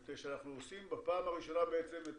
מפני שאנחנו עושים בפעם הראשונה בעצם את